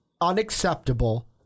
unacceptable